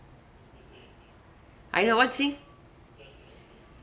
I know what's he